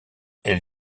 elle